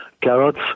carrots